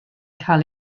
cael